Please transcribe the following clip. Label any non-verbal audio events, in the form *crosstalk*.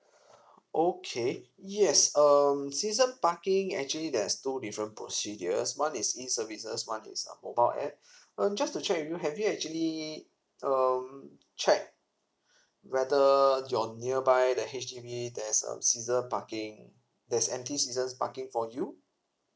*breath* okay yes um season parking actually there's two different procedures one is E services one is uh mobile app um just to check with you have you actually um check whether your nearby the H_D_B there's a season parking there's empty season parking for you